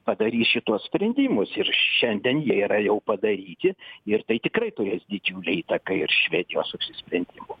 padarys šituos sprendimus ir šiandien jie yra jau padaryti ir tai tikrai turės didžiulę įtaką ir švedijos apsisprendimui